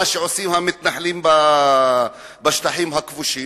מה שעושים המתנחלים בשטחים הכבושים,